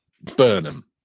Burnham